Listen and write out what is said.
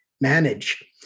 manage